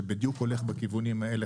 שבדיוק הולך בכיוונים האלה,